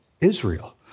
Israel